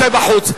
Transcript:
צא החוצה.